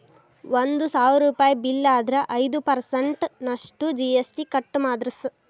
ಒಂದ್ ಸಾವ್ರುಪಯಿ ಬಿಲ್ಲ್ ಆದ್ರ ಐದ್ ಪರ್ಸನ್ಟ್ ನಷ್ಟು ಜಿ.ಎಸ್.ಟಿ ಕಟ್ ಮಾದ್ರ್ಸ್